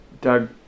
Doug